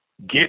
Get